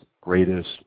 greatest